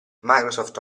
microsoft